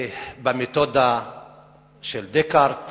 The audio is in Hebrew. במתודה של דקארט